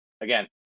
again